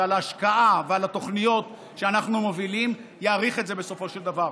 על ההשקעה ועל התוכניות שאנחנו מובילים יעריך את זה בסופו של דבר.